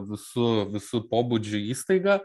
visu visu pobūdžiu įstaiga